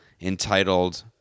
entitled